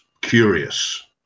curious